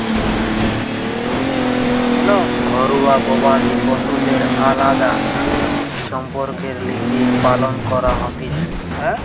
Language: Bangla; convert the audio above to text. ঘরুয়া গবাদি পশুদের আলদা সম্পদের লিগে পালন করা হতিছে